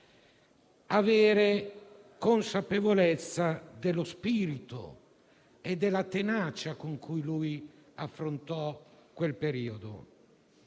avere consapevolezza dello spirito e della tenacia con cui egli affrontò quel periodo.